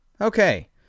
Okay